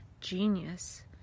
genius